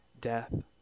death